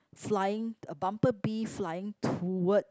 flying a bumble bee flying toward